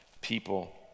people